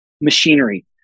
machinery